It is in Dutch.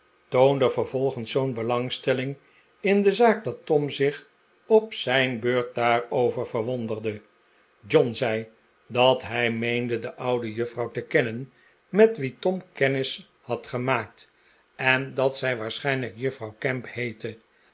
vervolgens zoo'n belangstelling in de zaak dat tom zich op zijn beurt daarover verwonderde john zei dat hij meende de oude juffrouw te kennen met wie tom kennis had gemaakt en dat zij waarschijnlijk juffrouw gamp heette